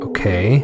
Okay